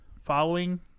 following